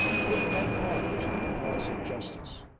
took up arms in the cause of justice.